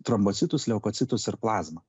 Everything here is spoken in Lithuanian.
trombocitus leukocitus ir plazmą